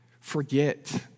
forget